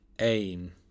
aim